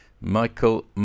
Michael